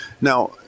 Now